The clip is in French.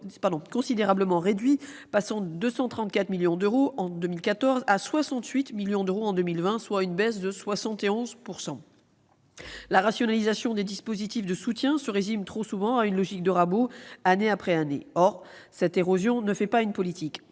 considérablement réduit, passant de 234 millions d'euros en 2014 à 68 millions d'euros en 2020, soit une baisse de 71 %. La « rationalisation » des dispositifs de soutien se résume trop souvent une logique de « rabot », année après année. Or cette érosion ne fait pas une politique.